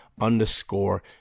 underscore